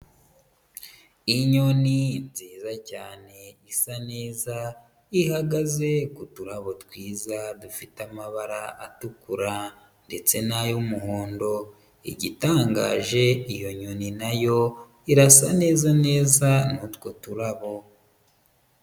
Inyoni nziza cyane isa neza ihagaze ku turabo twiza dufite amabara atukura ndetse n'ay'umuhondo, igitangaje iyo nyoni na yo irasa neza neza n'utwo turabo.